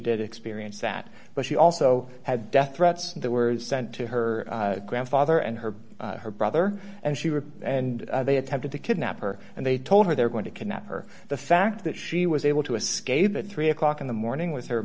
did experience that but she also had death threats that were sent to her grandfather and her her brother and she were and they attempted to kidnap her and they told her they're going to kidnap her the fact that she was able to escape at three o'clock in the morning with her